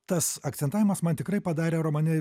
tas akcentavimas man tikrai padarė romane